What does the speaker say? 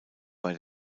bei